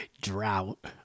drought